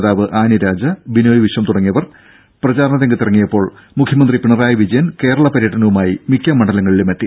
നേതാവ് ആനിരാജ ബിനോയ് വിശ്വം തുടങ്ങിയവർ പ്രചാരണ രംഗത്തിറങ്ങിയപ്പോൾ മുഖ്യമന്ത്രി പിണറായി വിജയൻ കേരളപര്യടനവുമായി മിക്ക മണ്ഡലങ്ങളിലുമെത്തി